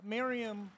Miriam